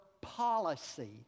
policy